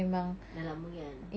dah lama kan